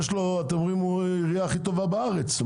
אתם אומרים שהוא העירייה הכי טובה בארץ.